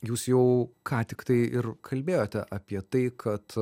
jūs jau ką tik tai ir kalbėjote apie tai kad